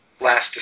last